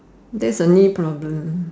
that's a knee problem